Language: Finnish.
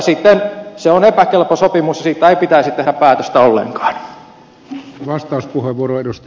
siten se on epäkelpo sopimus ja siitä ei pitäisi tehdä päätöstä ollenkaan